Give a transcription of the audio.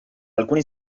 alcuni